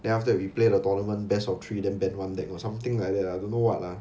then after that we play the tournament best of three then ban one deck or something like that I don't know what lah